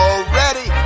Already